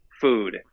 food